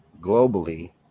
globally